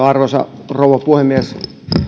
arvoisa rouva puhemies